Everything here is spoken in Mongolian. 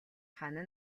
хана